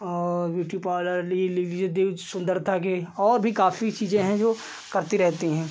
और beauty parlour ही ले ले लीजिए देव सुन्दरता के और भी काफ़ी चीज़ें हैं जो करती रहती हैं